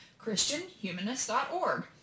christianhumanist.org